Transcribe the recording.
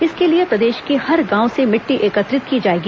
इसके लिए प्रदेश के हर गांव से मिट्टी एकत्रित की जाएगी